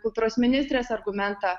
kultūros ministrės argumentą